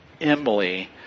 Emily